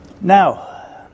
Now